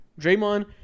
Draymond